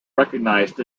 recognised